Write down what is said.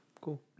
Cool